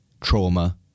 trauma